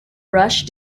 brush